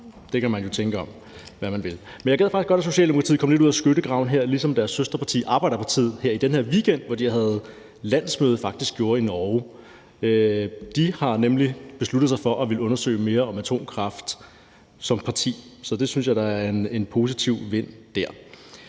Det kan man jo tænke om, hvad man vil. Men jeg gad faktisk godt, at Socialdemokratiet kom lidt ud af skyttegravene, ligesom deres søsterparti i Norge, Arbeiderpartiet, gjorde i den her weekend, hvor de havde landsmøde. De har nemlig besluttet sig for som parti at ville undersøge mere om atomkraft. Så det synes jeg da er en positiv vind dér.